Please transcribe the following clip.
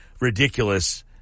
ridiculous